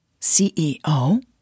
CEO